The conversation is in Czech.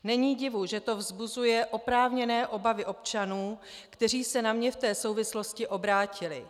Není divu, že to vzbuzuje oprávněné obavy občanů, kteří se na mě v té souvislosti obrátili.